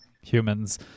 humans